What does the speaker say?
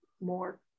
more